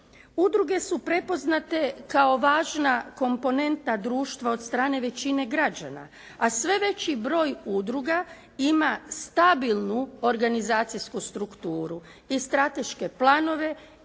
Udruge su prepoznate kao važna komponenta društva od strane većine građana, a sve veći broj udruga ima stabilnu organizacijsku strukturu i strateške planove,